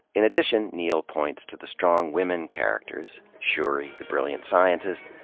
in addition, neal points to the strong women characters shuri, the brilliant scientist,